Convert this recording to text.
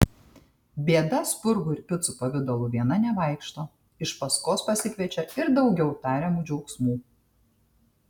bėda spurgų ir picų pavidalu viena nevaikšto iš paskos pasikviečia ir daugiau tariamų džiaugsmų